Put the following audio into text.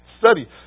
study